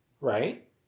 Right